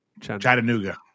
Chattanooga